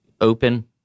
open